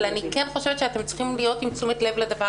אבל אני כן חושבת שאתם צריכים להיות עם תשומת לב לדבר